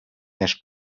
més